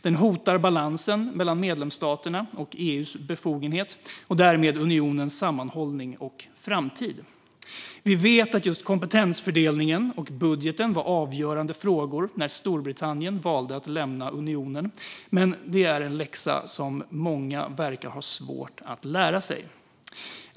Den hotar balansen mellan medlemsstaterna och EU:s befogenheter och därmed unionens sammanhållning och framtid. Vi vet att just kompetensfördelningen och budgeten var avgörande frågor när Storbritannien valde att lämna unionen, men det är en läxa som många verkar ha svårt att lära sig.